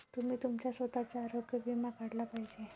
तुम्ही तुमचा स्वतःचा आरोग्य विमा काढला पाहिजे